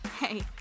Hey